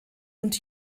und